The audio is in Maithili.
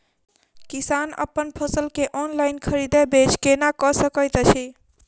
किसान अप्पन फसल केँ ऑनलाइन खरीदै बेच केना कऽ सकैत अछि?